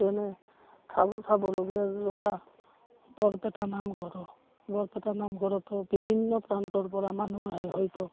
যেনে চাবলগীয়া যোৱা বৰপেটা নামঘৰো বৰপেটা নামঘৰতো বিভিন্ন প্ৰান্তৰপৰা মানুহ আহে হয়তো